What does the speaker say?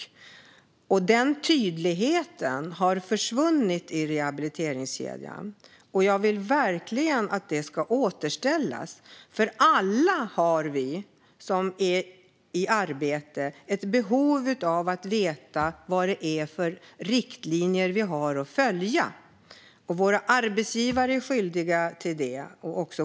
Den tydligheten har försvunnit i rehabiliteringskedjan. Jag vill verkligen att den ska återställas. Alla vi som är i arbete har ett behov av att veta vilka riktlinjer vi har att följa. Våra arbetsgivare är skyldiga att tillhandahålla dem.